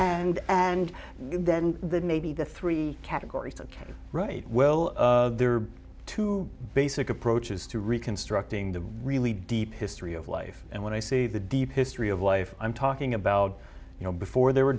and and then the maybe the three categories ok right well there are two basic approaches to reconstructing the really deep history of life and what i see the deep history of life i'm talking about you know before there were